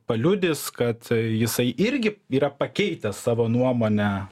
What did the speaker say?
paliudys kad jisai irgi yra pakeitęs savo nuomonę